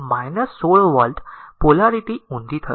લો તો 16 volt polarity ઉંધી થશે